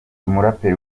umuraperi